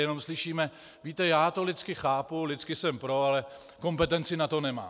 Jenom slyšíme: Víte, já to lidsky chápu, lidsky jsem pro, ale kompetenci na to nemám.